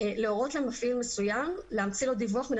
להורות למפעיל מסוים להמציא לו דיווח מן